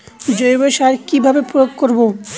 জৈব সার কি ভাবে প্রয়োগ করব?